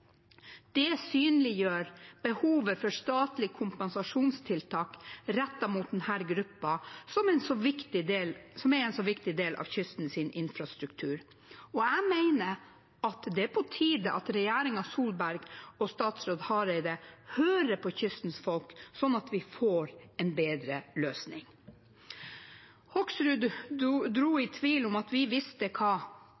Det synliggjør behovet for statlig kompensasjonstiltak rettet mot denne gruppen, som er en så viktig del av kystens infrastruktur. Jeg mener det er på tide at regjeringen Solberg og statsråd Hareide hører på kystens folk, slik at vi får en bedre løsning. Representanten Hoksrud dro